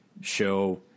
show